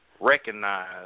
recognize